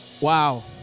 Wow